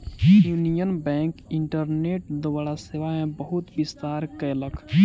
union Bank internet द्वारा सेवा मे बहुत विस्तार कयलक